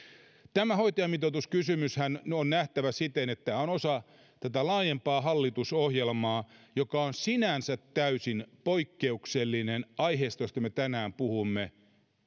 tämä hoitajamitoituskysymyshän on nähtävä siten että tämä on osa tätä laajempaa hallitusohjelmaa ja on sinänsä täysin poikkeuksellinen ikäihmisten asiassa josta me tänään puhumme